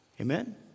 Amen